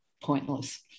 pointless